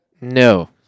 no